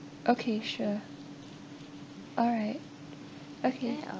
okay sure alright okay